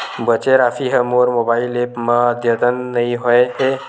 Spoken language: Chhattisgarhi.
बचे राशि हा मोर मोबाइल ऐप मा आद्यतित नै होए हे